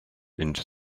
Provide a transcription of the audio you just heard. into